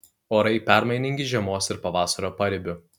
orai permainingi žiemos ir pavasario paribiu